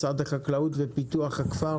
משרד החקלאות ופיתוח הכפר,